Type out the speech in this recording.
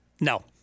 No